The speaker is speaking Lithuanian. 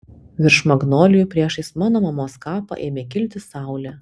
virš magnolijų priešais mano mamos kapą ėmė kilti saulė